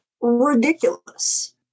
ridiculous